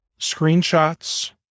screenshots